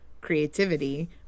creativity